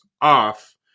off